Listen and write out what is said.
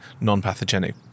non-pathogenic